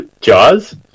Jaws